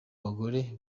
bagore